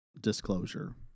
disclosure